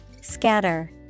Scatter